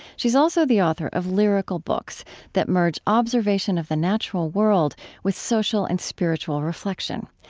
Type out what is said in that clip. she's also the author of lyrical books that merge observation of the natural world with social and spiritual reflection.